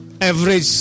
average